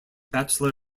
bachelor